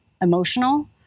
emotional